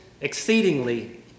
exceedingly